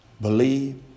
believe